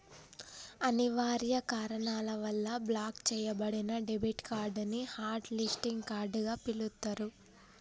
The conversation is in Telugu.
అనివార్య కారణాల వల్ల బ్లాక్ చెయ్యబడిన డెబిట్ కార్డ్ ని హాట్ లిస్టింగ్ కార్డ్ గా పిలుత్తరు